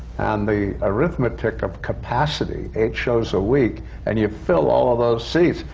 and the arithmetic of capacity, eight shows a week, and you fill all of those seats,